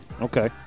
okay